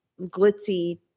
glitzy